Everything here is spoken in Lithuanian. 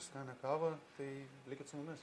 skanią kavą tai likit su mumis